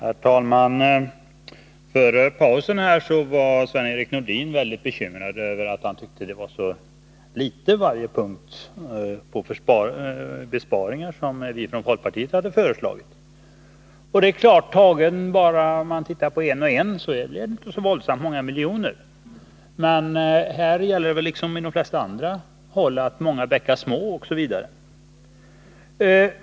Herr talman! Före middagsuppehållet gav Sven-Erik Nordin uttryck för bekymmer över att den besparing som folkpartiet har föreslagit var så liten på varje punkt. Om man bara tittar på en punkt i taget rör det sig inte om så våldsamt många miljoner, men här som på de flesta andra håll gäller det att många bäckar små osv.